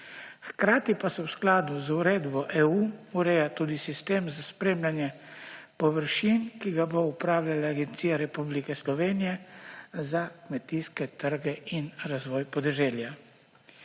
Hkrati pa so v skladu z uredbo EU ureja tudi sistem za spremljanje površin, ki ga bo upravljala Agencija Republike Slovenije za kmetijske trge in razvoj podeželja.